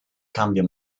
cambio